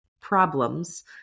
problems